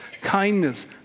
kindness